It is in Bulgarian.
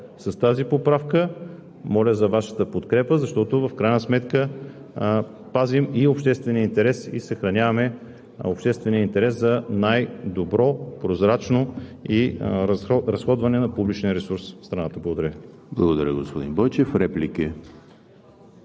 С тази поправка моля за Вашата подкрепа, защото в крайна сметка пазим и обществения интерес, и съхраняваме обществения интерес за най-добро прозрачно разходване на публичния ресурс в страната. Благодаря. ПРЕДСЕДАТЕЛ ЕМИЛ ХРИСТОВ: Благодаря, господин Бойчев. Реплики?